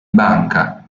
banca